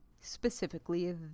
specifically